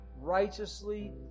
righteously